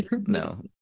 No